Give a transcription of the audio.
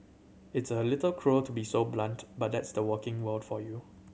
it's a little cruel to be so blunt but that's the working world for you